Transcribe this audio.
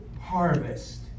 harvest